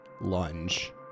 lunge